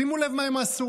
שימו לב מה הם עשו,